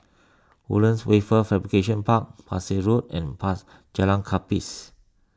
Woodlands Wafer Fabrication Park Pesek Road and Jalan Kapis